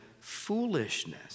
foolishness